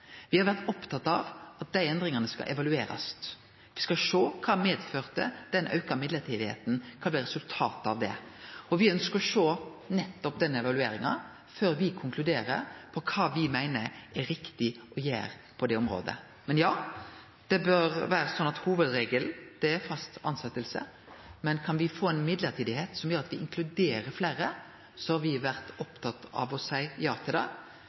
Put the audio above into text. Me har vore opptatt av at dei endringane skal evaluerast, me skal sjå på kva det auka talet på mellombelse tilsette medførte – kva blei resultatet av det? Me ønskjer å sjå nettopp den evalueringa før me konkluderer med kva me meiner er riktig å gjere på det området. Ja, det bør vere slik at hovudregelen er fast tilsetjing, men kan me få mellombelse tilsetjingar som gjer at me inkluderer fleire, har me vore opptatt av å seie ja til det.